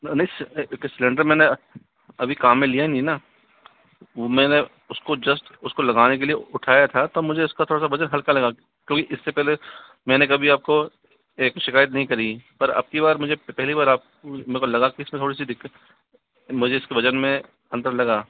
नहीं सिलेंडर मैंने अभी काम में लिया नहीं न वो मैंने उसको जस्ट उसको लगाने के लिए उठाया था तब मुझे उसका थोड़ा सा वजन हल्का लगा क्योंकि इससे पहले मैंने कभी आपको एक शिकायत नहीं करी पर अब की बार मुझे पहली बार मुझे लगा की आपको थोड़ी सी दिक्कत मुझे इसके वजन में अंतर लगा